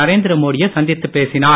நரேந்திரமோடியை சந்தித்து பேசினார்